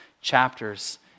chapters